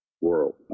world